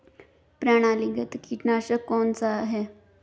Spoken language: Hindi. प्रणालीगत कीटनाशक कौन सा है?